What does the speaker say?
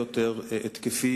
בצדק.